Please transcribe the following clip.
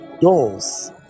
doors